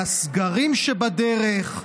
על הסגרים שבדרך,